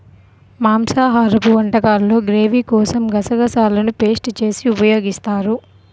మాంసాహరపు వంటకాల్లో గ్రేవీ కోసం గసగసాలను పేస్ట్ చేసి ఉపయోగిస్తారు